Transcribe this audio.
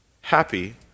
happy